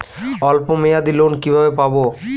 অল্প মেয়াদি লোন কিভাবে পাব?